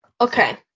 Okay